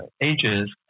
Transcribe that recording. ages